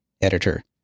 editor